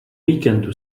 víkendu